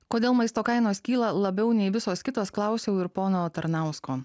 kodėl maisto kainos kyla labiau nei visos kitos klausiau ir pono tarnausko